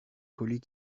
colis